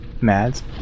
Mads